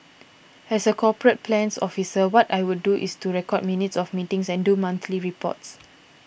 as a corporate plans officer what I would do is to record minutes of meetings and do monthly reports